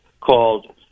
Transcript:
called